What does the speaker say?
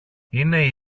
είναι